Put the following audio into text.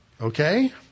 Okay